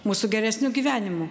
mūsų geresniu gyvenimu